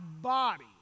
body